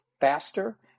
faster